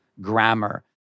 grammar